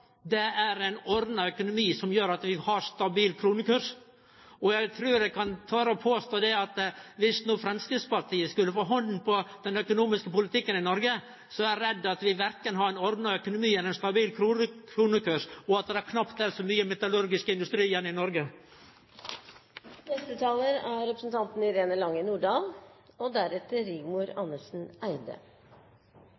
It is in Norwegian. det er ein ordna økonomi som gjer at vi har stabil kronekurs. Eg trur eg kan tore å påstå at om Framstegspartiet no skulle få handa på den økonomiske politikken i Noreg, er eg redd for at vi verken har ein ordna økonomi eller ein stabil kronekurs, eller at det er så mykje metallurgisk industri igjen i Noreg. Representanten Solvik-Olsen tar opp sentrale spørsmål i sin interpellasjon. Det er